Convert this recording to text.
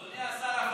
אדוני השר,